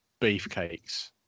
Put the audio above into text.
beefcakes